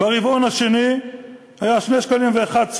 ברבעון השני היה 2.11 שקלים,